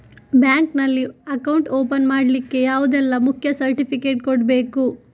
Bank ನಲ್ಲಿ account open ಮಾಡ್ಲಿಕ್ಕೆ ಯಾವುದೆಲ್ಲ ಮುಖ್ಯ ಸರ್ಟಿಫಿಕೇಟ್ ಕೊಡ್ಬೇಕು?